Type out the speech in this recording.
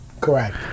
Correct